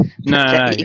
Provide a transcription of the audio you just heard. no